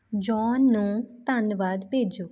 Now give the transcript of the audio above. John ਨੂੰ ਧੰਨਵਾਦ ਭੇਜੋ